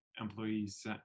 employees